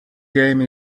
game